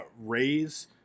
raise